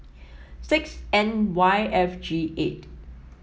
six N Y F G eight